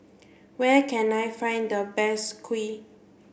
where can I find the best Kuih